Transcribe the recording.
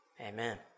Amen